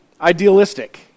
idealistic